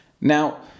Now